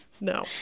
No